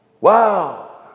Wow